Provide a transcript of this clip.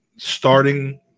starting